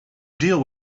deal